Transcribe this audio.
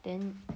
then